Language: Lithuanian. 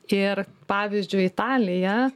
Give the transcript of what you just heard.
ir pavyzdžiui italija